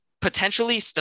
potentially